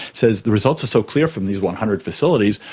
says the results are so clear from these one hundred facilities,